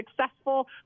successful